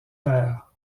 paires